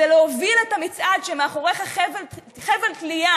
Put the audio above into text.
זה להוביל את המצעד כשמאחוריך חבל תלייה